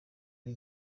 rya